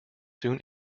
soon